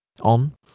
on